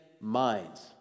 minds